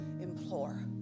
implore